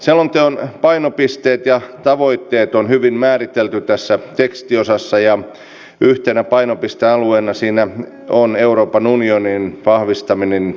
selonteon painopisteet ja tavoitteet on hyvin määritelty tässä tekstiosassa ja yhtenä painopistealueena siinä on euroopan unionin vahvistaminen turvallisuusyhteisönä